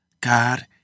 God